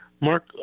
Mark